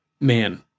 man